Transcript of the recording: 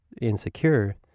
insecure